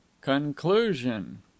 Conclusion